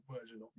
version